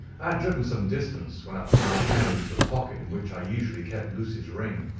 i had driven some distance when i put my hand into the pocket in which i usually kept lucy's ring,